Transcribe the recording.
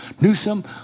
Newsom